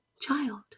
child